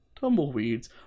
tumbleweeds